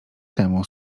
temu